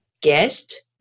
guest